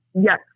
Yes